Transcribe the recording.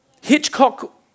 Hitchcock